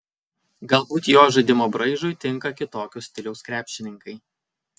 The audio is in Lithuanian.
galbūt jo žaidimo braižui tinka kitokio stiliaus krepšininkai